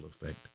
effect